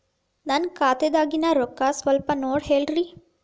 ನನ್ನ ಖಾತೆದಾಗಿನ ರೊಕ್ಕ ಸ್ವಲ್ಪ ನೋಡಿ ಹೇಳ್ರಿ